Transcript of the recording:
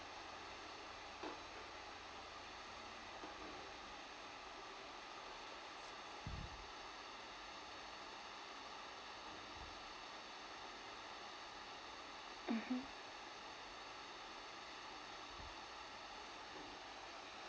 mmhmm